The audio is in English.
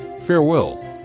Farewell